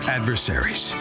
Adversaries